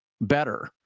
better